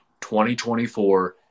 2024